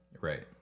right